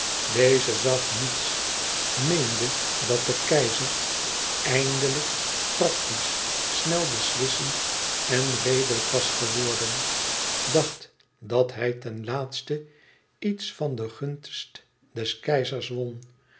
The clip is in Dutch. deze zag niets meende dat de keizer eindelijk praktisch snel beslissend en redelijk was geworden dacht dat hij ten laatste iets van de gunst des keizers won